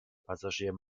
passagier